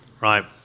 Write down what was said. right